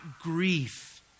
grief